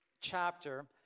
chapter